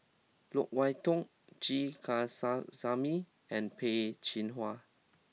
Loke Wan Tho G and Peh Chin Hua